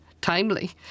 timely